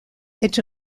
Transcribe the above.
est